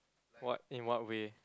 what in what way